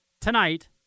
Tonight